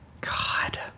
god